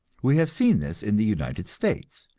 we have seen this in the united states,